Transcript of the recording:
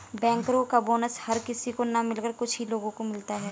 बैंकरो का बोनस हर किसी को न मिलकर कुछ ही लोगो को मिलता है